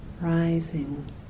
rising